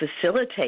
facilitate